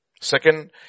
Second